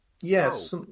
yes